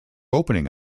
opening